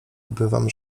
bywam